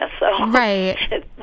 Right